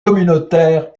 communautaire